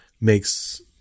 makes